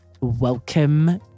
welcome